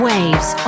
Waves